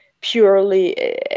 purely